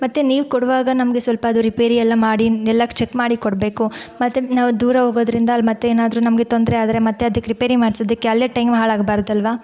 ಮತ್ತು ನೀವು ಕೊಡುವಾಗ ನಮಗೆ ಸ್ವಲ್ಪ ಅದು ರಿಪೇರಿಯೆಲ್ಲ ಮಾಡಿ ಎಲ್ಲ ಚೆಕ್ ಮಾಡಿ ಕೊಡಬೇಕು ಮತ್ತು ನಾವು ದೂರ ಹೋಗೋದ್ರಿಂದ ಅಲ್ಲಿ ಮತ್ತೆ ಏನಾದರೂ ನಮಗೆ ತೊಂದರೆ ಆದರೆ ಮತ್ತೆ ಅದಕ್ಕೆ ರಿಪೇರಿ ಮಾಡ್ಸೋದಕ್ಕೆ ಅಲ್ಲೇ ಟೈಮ್ ಹಾಳಾಗ್ಬಾರ್ದಲ್ವಾ